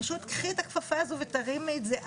פשוט קחי את הכפפה הזאת ותרימי את זה.